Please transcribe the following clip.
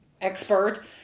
expert